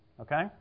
okay